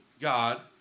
God